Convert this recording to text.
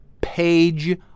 page